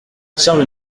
charles